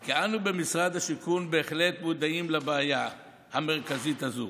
כי אנו במשרד השיכון בהחלט מודעים לבעיה המרכזית הזו.